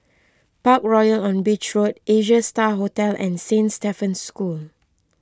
Parkroyal on Beach Road Asia Star Hotel and Saint Stephen's School